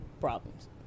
problems